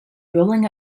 rolling